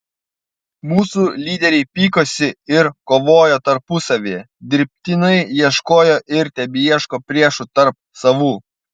mūsų lyderiai pykosi ir kovojo tarpusavyje dirbtinai ieškojo ir tebeieško priešų tarp savų